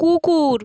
কুকুর